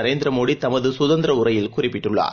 நரேந்திரமோடிதமதுகதந்திரஉரையில் குறிப்பிட்டுள்ளார்